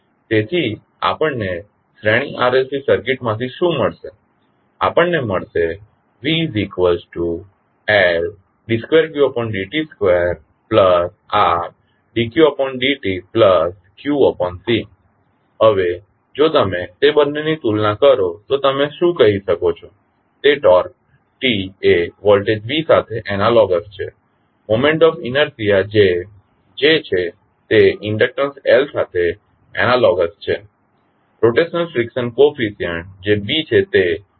તેથી આપણને શ્રેણી RLC સર્કિટમાંથી શું મળશે આપણને મળશે VLd 2qd t 2Rd qd tqC હવે જો તમે તે બંનેની તુલના કરો તો તમે શું કહી શકો છો તે ટોર્ક T એ વોલ્ટેજ V સાથે એનાલોગસ છે મોમેન્ટ ઓફ ઇનર્શીયા જે J છે તે ઇન્ડકટંસ L સાથે એનાલોગસ છે રોટેશંલ ફ્રીક્શન કોફીસ્યંટ જે B છે તે રેઝિસ્ટન્સ R સાથે એનાલોગસ છે